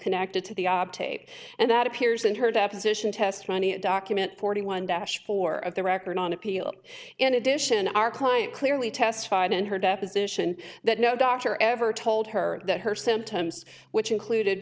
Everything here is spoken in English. connected to the obfuscate and that appears in her deposition testimony a document forty one dash for the record on appeal in addition our client clearly testified in her deposition that no doctor ever told her that her symptoms which included